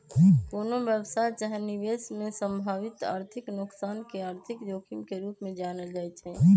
कोनो व्यवसाय चाहे निवेश में संभावित आर्थिक नोकसान के आर्थिक जोखिम के रूप में जानल जाइ छइ